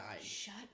Shut